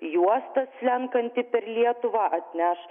juosta slenkanti per lietuvą atneš